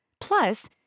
Plus